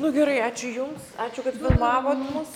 nu gerai ačiū jums ačiū kad filmavot mus